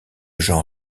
j’en